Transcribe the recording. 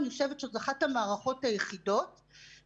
אני חושבת שזו אחת המערכות היחידות שיש